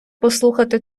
послухати